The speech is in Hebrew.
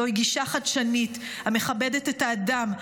זוהי גישה חדשנית המכבדת את האדם,